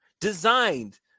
designed